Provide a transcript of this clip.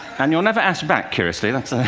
and you're never asked back, curiously. that's ah